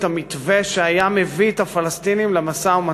המתווה שהיה מביא את הפלסטינים למשא-ומתן,